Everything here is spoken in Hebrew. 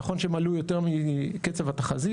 נכון שהם עלו יותר מקצב התחזית.